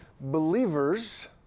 believers